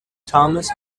thomas